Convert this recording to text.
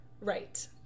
Right